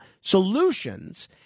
solutions